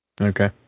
Okay